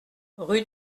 rue